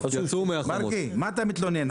מרגי, מה אתה מתלונן?